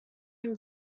him